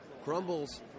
crumbles